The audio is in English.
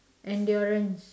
endurance